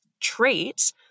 trait